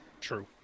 true